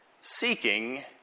seeking